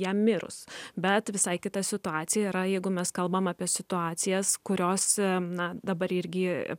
jam mirus bet visai kita situacija yra jeigu mes kalbam apie situacijas kurios na dabar irgi